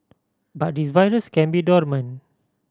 but this virus can be dormant